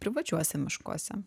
privačiuose miškuose